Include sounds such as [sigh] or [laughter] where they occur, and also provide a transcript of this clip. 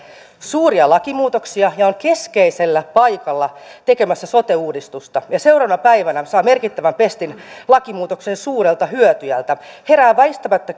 suuria lakimuutoksia ja on keskeisellä paikalla tekemässä sote uudistusta ja seuraavana päivänä saa merkittävän pestin lakimuutoksen suurelta hyötyjältä herää väistämättä [unintelligible]